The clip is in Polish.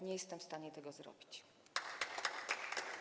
Nie jestem w stanie tego zrobić.